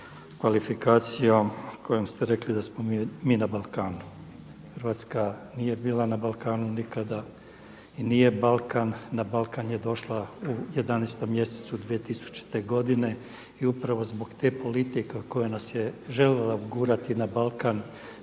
kvalifikacijom kojom ste rekli da smo mi na Balkanu. Hrvatska nije bila na Balkanu nikada i nije Balkan, na Balkan je došla u 11. mjesecu 2000. godine i upravo zbog te politike koja nas je željela ugurati na Balkan